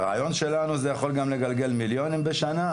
הרעיון שלנו יכול גם לגלגל מיליונים בשנה,